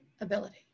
ability